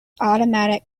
automatic